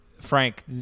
Frank